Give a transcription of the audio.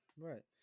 Right